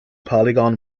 polygon